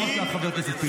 גם אתה, חבר הכנסת טיבי.